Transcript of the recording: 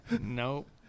nope